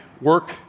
work